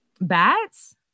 Bats